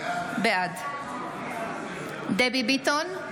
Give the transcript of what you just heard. בעד דבי ביטון,